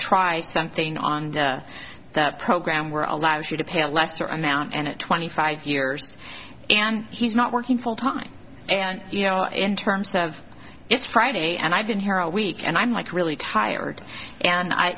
try something on that program were allows you to pay a lesser amount and it twenty five years and he's not working full time and you know in terms of it's friday and i've been here a week and i'm like really tired and